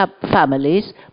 families